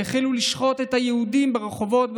והחל לשחוט את היהודים ברחובות,